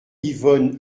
yvonne